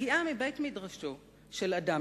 מגיעה מבית-מדרשו של אדם,